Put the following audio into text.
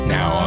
Now